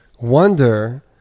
wonder